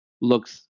looks